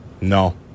No